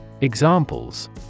Examples